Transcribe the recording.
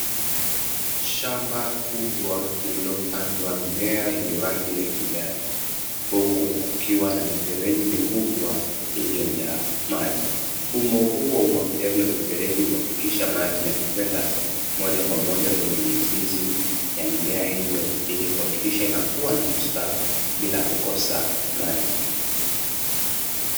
Shamba kubwa lililopandwa mimea yenye rangi ya kijani, huku kukiwa na mifereji mikubwa iliyojaa maji. Mfumo huu wa umwagiliaji wa mifereji huhakikisha maji yanakwenda moja kwa moja kwenye mizizi ya mimea hiyo ili kuhakikisha inakua na kustawi bila kukosa maji.